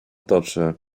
toczy